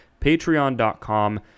patreon.com